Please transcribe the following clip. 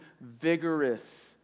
vigorous